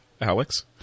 alex